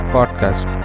Podcast